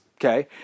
Okay